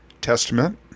Testament